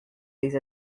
these